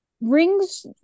rings